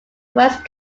west